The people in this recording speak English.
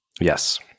Yes